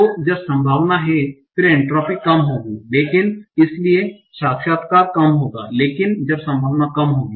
तो जब संभावना हैं फिर एन्ट्रापी कम होगी लेकिन इसलिए साक्षात्कार कम होगा लेकिन जब संभावना कम होगी